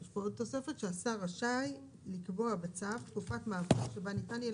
יש פה עוד תוספת: השר רשאי לקבוע בצו תקופת מעבר שבה ניתן יהיה